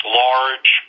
large